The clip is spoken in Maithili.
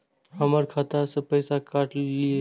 हमर खाता से पैसा काट लिए?